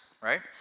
Right